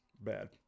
bad